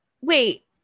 Wait